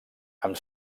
amb